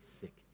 sick